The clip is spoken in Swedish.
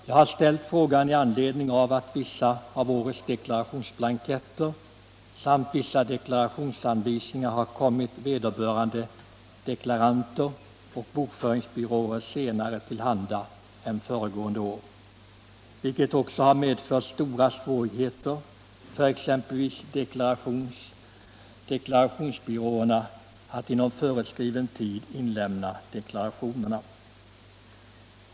Jag har ställt frågan i anledning av att vissa av årets deklarationsblanketter samt vissa deklarationsanvisningar har kommit vederbörande deklaranter och bokföringsbyråer senare till handa än föregående år, vilket också har medfört stora svårigheter för exempelvis deklarationsbyråerna att inom föreskriven tid inlämna deklarationerna.